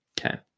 okay